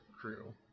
crew